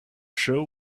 show